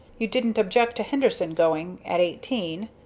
you didn't object to henderson's going at eighteen.